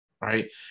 right